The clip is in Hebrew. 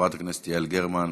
חברת הכנסת יעל גרמן,